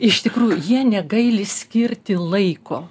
iš tikrųjų jie negaili skirti laiko